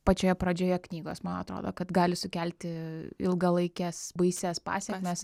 pačioje pradžioje knygos man atrodo kad gali sukelti ilgalaikes baisias pasekmes